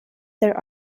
there